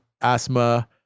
asthma